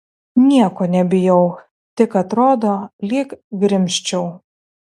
nieko nebijau tik atrodo lyg grimzčiau